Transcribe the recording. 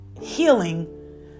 healing